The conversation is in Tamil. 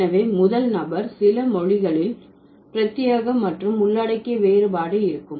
எனவே முதல் நபர் சில மொழிகளில் பிரத்தியேக மற்றும் உள்ளடக்கிய வேறுபாடு இருக்கும்